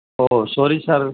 oh sorry sir